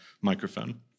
microphone